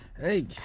hey